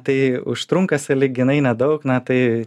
tai užtrunka sąlyginai nedaug na tai